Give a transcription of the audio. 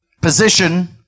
Position